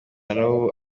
n’ubu